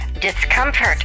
Discomfort